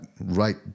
right